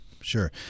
sure